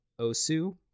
osu